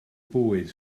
bwyd